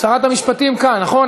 שרת המשפטים כאן, נכון?